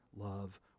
love